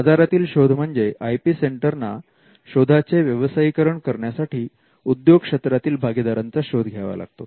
बाजारातील शोध म्हणजे आय पी सेंटर ना शोधाचे व्यवसायीकरण करण्यासाठी उद्योग क्षेत्रातील भागीदारांचा शोध घ्यावा लागतो